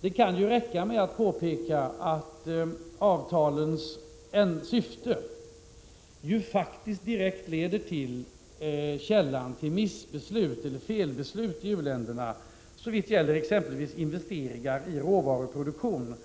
Det kan räcka med att påpeka att avtalens syfte ju faktiskt direkt leder till källan till felbeslut i u-länderna, såvitt gäller exempelvis investeringar i råvaruproduktion.